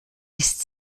ist